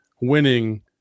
winning